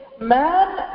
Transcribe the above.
Man